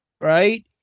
Right